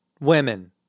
women